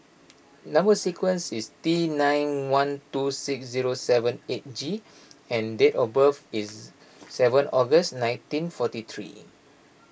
Number Sequence is T nine one two six zero seven eight G and date of birth is seven August nineteen forty three